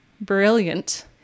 brilliant